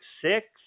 six